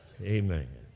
Amen